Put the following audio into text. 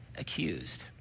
accused